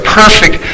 perfect